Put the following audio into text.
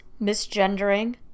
misgendering